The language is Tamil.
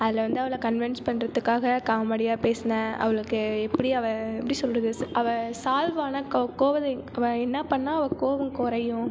அதில் வந்து அவளை கன்வின்ஸ் பண்ணுறதுக்காக காமெடியாக பேசினேன் அவளுக்கு எப்படி அவள் எப்படி சொல்லுறது அவள் சால்வானால் கோ கோவத்தை அவள் என்ன பண்ணால் அவள் கோபம் குறையும்